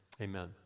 amen